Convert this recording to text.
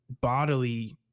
bodily